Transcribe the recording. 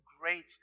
great